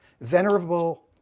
venerable